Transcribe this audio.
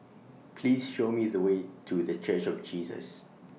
Please Show Me The Way to The Church of Jesus